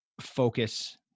focus